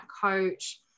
coach